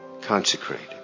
consecrated